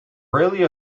really